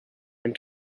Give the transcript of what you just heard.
and